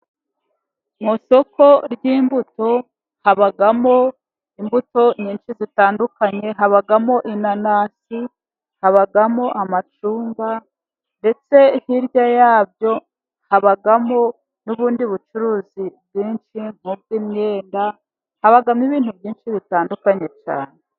Mu isoko ry'imbuto habamo imbuto nyinshi zitandukanye habamo inanasi, habamo amacunga, ndetse hirya yabyo habamo n'ubundi bucuruzi bwinshi nk' ubw'imyenda, habamo ibintu byinshi bitandukanye cyane.